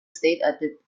states